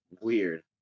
weird